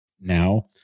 now